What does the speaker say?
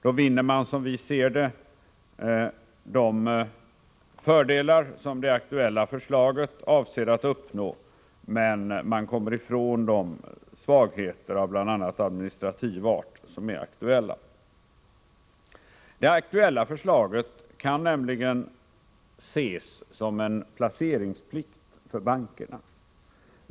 Då vinner man, som vi ser det, de fördelar som är avsikten med det aktuella förslaget, men man kommer ifrån de svagheter av bl.a. administrativ art som det medför. Det aktuella förslaget kan nämligen ses som en placeringsplikt för bankerna.